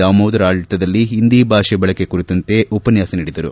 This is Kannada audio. ದಾಮೋದರ್ ಆಡಳತದಲ್ಲಿ ಹಿಂದಿ ಭಾಷೆ ಬಳಕೆ ಕುರಿತಂತೆ ಉಪನ್ನಾಸ ನೀಡಿದರು